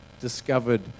discovered